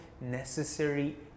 necessary